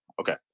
Okay